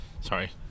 Sorry